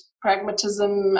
pragmatism